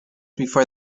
before